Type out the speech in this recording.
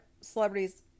celebrities